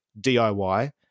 DIY